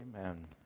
Amen